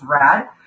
rad